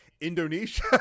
indonesia